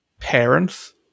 Parents